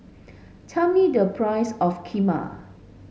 tell me the price of Kheema